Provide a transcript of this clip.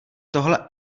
tohle